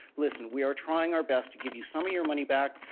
listen, we are trying our best to give you some of your money back.